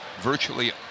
virtually